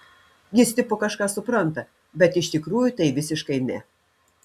jis tipo kažką supranta bet iš tikrųjų tai visiškai ne